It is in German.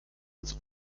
ins